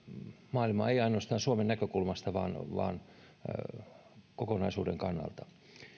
maailmaa ei ainoastaan suomen näkökulmasta vaan kokonaisuuden kannalta